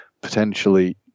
potentially